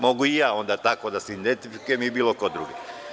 Mogu onda i ja tako da se identifikujem i bilo ko drugi.